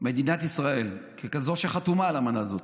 מדינת ישראל, ככזאת שחתומה על האמנה הזאת,